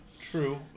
True